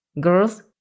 girls